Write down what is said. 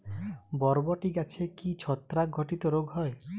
বরবটি গাছে কি ছত্রাক ঘটিত রোগ হয়?